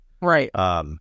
Right